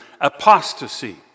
apostasy